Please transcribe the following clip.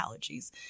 allergies